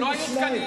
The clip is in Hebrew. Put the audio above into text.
לא היו תקנים,